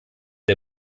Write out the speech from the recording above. der